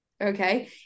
Okay